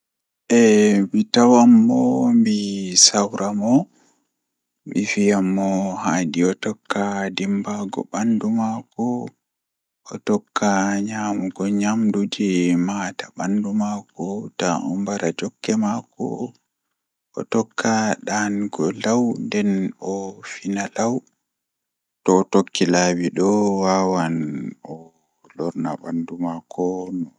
Eh mitawan mi mi sawra mo mi viya Mo handi o tokka timbugo bandu maako o tokka nyamugo nyamndu jei mahata ɓandu maako taa o mbara jokke maako o tokka ɗaanugo law nden o fina law to o tokki laabi do wawan o gera ɓanndu maako no handi